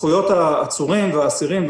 זכויות העצורים ואסירים,